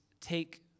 take